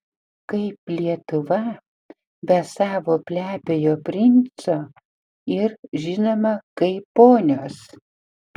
kaip lietuva be savo plepiojo princo ir žinoma kaip ponios